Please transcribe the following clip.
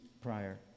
prior